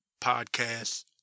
podcast